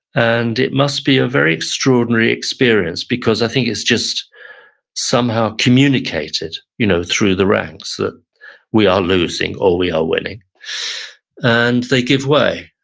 and it must be a very extraordinary experience because i think it's just somehow communicated you know through the ranks that we are losing, or we are winning and they give way.